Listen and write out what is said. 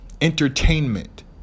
entertainment